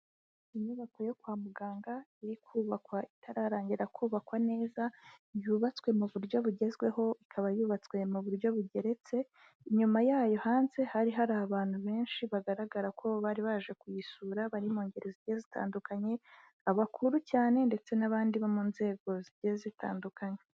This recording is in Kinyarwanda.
Inyubako yo kwa muganga iri kubakwa itararangira kubakwa neza, yubatswe mu buryo bugezweho, ikaba yubatswe mu buryo bugeretse, inyuma yayo hanze hari hari abantu benshi bagaragara ko bari baje kuyisura, bari mu ngeri zigiye zitandukanye, abakuru cyane ndetse n'abandi bo mu nzego zigiye zitandukanye.